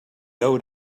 owed